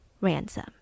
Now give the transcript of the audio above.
Ransom